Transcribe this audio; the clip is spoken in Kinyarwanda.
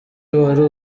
wari